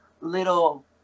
little